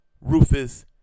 Rufus